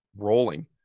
rolling